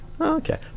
okay